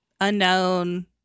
unknown